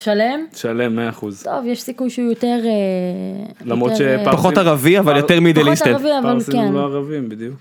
שלם, שלם 100%, טוב, יש סיכוי שהוא יותר אהה.. יותר אהה.. למרות ש.. פחות ערבי אבל יותר מידל-איסטר, פחות ערבי אבל הוא, כן, פרסים הם לא ערבים, בדיוק.